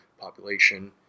population